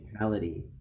physicality